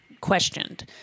questioned